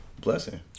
blessing